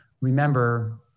Remember